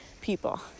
people